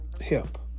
help